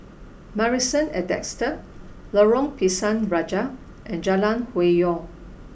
Marrison at Desker Lorong Pisang Raja and Jalan Hwi Yoh